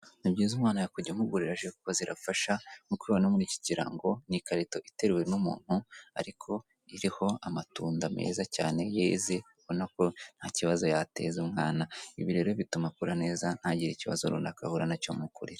Ni byiza umwana kujya umugurira ji kuko zirafasha nk'uko ubibona muri ikirango ni ikarito iteruwe n'umuntu ariko iriho amatunda meza cyane yeze ubona ko nta kibazo yateza umwana, ibi rero bituma akura neza ntagire ikibazo runaka ahura nacyo mu kurira.